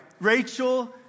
Rachel